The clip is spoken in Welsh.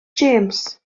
james